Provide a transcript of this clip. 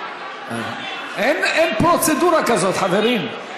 אין פרוצדורה כזאת, חברים.